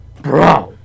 Bro